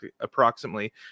approximately